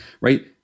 right